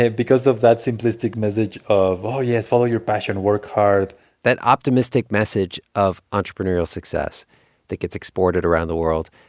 because of that simplistic message of oh, yes, follow your passion work hard that optimistic message of entrepreneurial success that gets exported around the world,